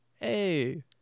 Hey